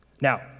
Now